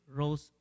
rose